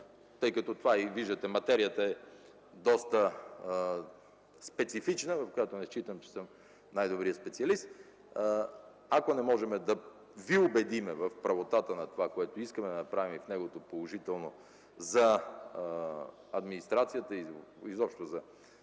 за Вас време. Виждате, че материята е доста специфична, в която не считам, че съм най-добрият специалист. Ако не можем да Ви убедим в правотата на това, което искаме да направим, и в неговото положително действие за администрацията и изобщо за